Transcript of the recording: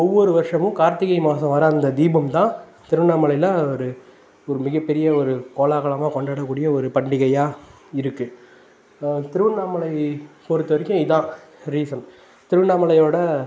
ஒவ்வொரு வருஷமும் கார்த்திகை மாதம் வர அந்த தீபம் தான் திருவண்ணாமலையில் ஒரு ஒரு மிக பெரிய ஒரு கோலாகலமாக கொண்டக்கூடிய ஒரு பண்டிகையாக இருக்குது திருவண்ணாமலை பொருத்தவரைக்கும் இதுதான் ரீசன் திருவண்ணாமலையோடய